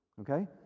Okay